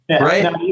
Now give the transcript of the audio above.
Right